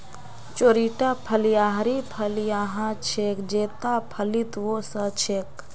चौड़ीटा फलियाँ हरी फलियां ह छेक जेता फलीत वो स छेक